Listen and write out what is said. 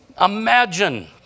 Imagine